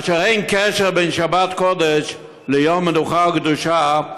אשר בה אין קשר בין שבת קודש ליום מנוחה וקדושה,